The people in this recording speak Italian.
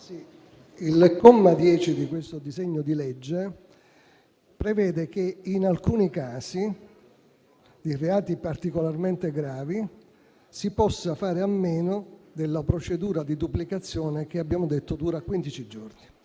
Il comma 10 del disegno di legge in esame prevede che, in alcuni casi di reati particolarmente gravi, si possa fare a meno della procedura di duplicazione, che abbiamo detto dura quindici giorni.